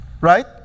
right